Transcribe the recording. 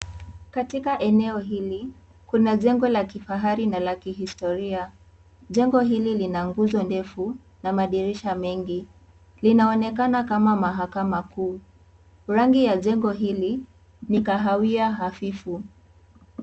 Katika eneo hili kuna jengo la kifahari na la kihistoria. Jengo hili Lina nguzo ndefu na madirisha mengi, linaonekana kama mahakama kuu. Rangi la jengo hili ni kahawia hafifu.